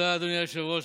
היושב-ראש.